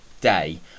day